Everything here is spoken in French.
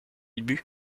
but